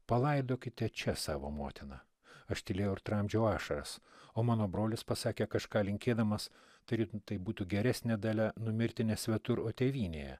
palaidokite čia savo motiną aš tylėjau ir tramdžiau ašaras o mano brolis pasakė kažką linkėdamas tarytum tai būtų geresnė dalia numirti ne svetur o tėvynėje